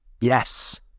yes